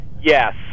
Yes